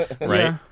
Right